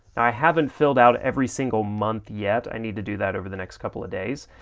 i haven't filled out every single month yet, i need to do that over the next couple of days.